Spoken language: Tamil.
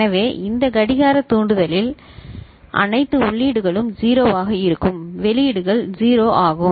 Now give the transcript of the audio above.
எனவே இந்த கடிகார தூண்டுதலில் இந்த கடிகார தூண்டுதலில் அனைத்து உள்ளீடுகளும் 0 ஆக இருக்கும் வெளியீடுகள் 0 ஆகும்